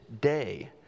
day